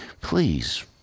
please